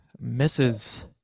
misses